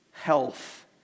health